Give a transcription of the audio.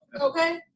okay